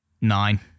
Nine